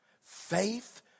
Faith